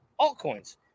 altcoins